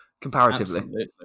comparatively